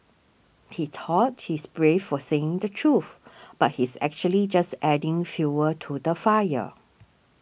he thought he's brave for saying the truth but he's actually just adding fuel to the fire